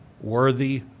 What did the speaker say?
worthy